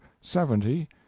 seventy